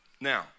now